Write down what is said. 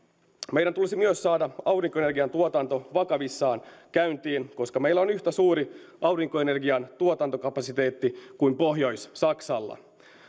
meidän tulisi myös saada aurinkoenergian tuotanto vakavissaan käyntiin koska meillä on yhtä suuri aurinkoenergian tuotantokapasiteetti kuin pohjois saksalla